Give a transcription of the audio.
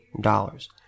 dollars